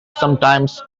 sometimes